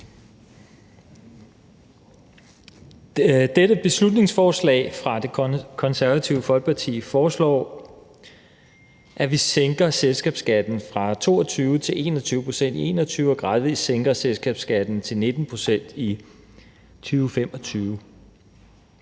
dette beslutningsforslag fra Det Konservative Folkeparti foreslås det, at vi sænker selskabsskatten fra 22-21 pct. i 2021 og gradvist sænker selskabsskatten til 19 pct. i 2025.